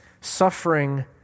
suffering